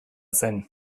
zen